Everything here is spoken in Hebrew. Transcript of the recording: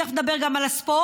תכף נדבר גם על הספורט,